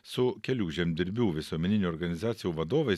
su kelių žemdirbių visuomeninių organizacijų vadovais